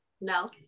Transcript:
No